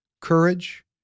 courage